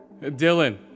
Dylan